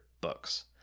books